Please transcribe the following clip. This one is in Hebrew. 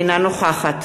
אינה נוכחת